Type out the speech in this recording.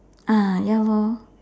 ya